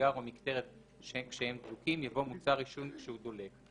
סיגר או מקטרת כשהם דלוקים" יבוא "מוצר עישון כשהוא דולק".